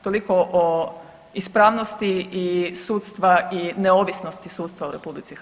Toliko o ispravnosti sudstva i neovisnosti sudstva u RH.